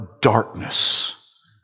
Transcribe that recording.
darkness